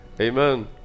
Amen